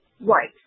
Right